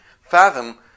fathom